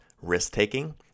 risk-taking